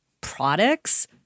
products